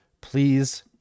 please